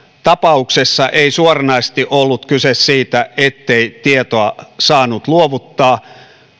tapauksessa ei suoranaisesti ollut kyse siitä ettei tietoa saanut luovuttaa